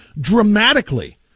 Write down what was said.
dramatically